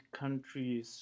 countries